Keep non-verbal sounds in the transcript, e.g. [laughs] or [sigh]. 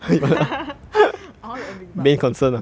[laughs] I want to earn big bucks